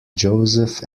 joseph